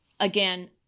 again